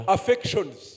Affections